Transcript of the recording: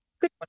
Good